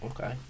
Okay